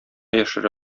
яшерә